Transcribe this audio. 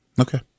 Okay